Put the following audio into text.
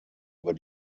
über